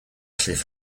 cliff